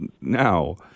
now